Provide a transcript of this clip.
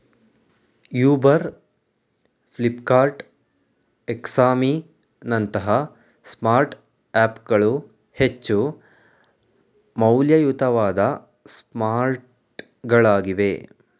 Uber, Flipkart, ಎಕ್ಸಾಮಿ ನಂತಹ smart app ಗಳು ಹೆಚ್ಚು ಮೌಲ್ಯಯುತವಾದ ಸ್ಮಾರ್ಟ್ಗಳಾಗಿವೆ